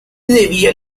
debía